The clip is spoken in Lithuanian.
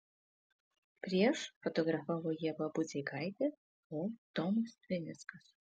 prieš fotografavo ieva budzeikaitė po tomas vinickas